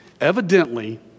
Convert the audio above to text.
Evidently